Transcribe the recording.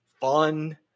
fun